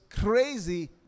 crazy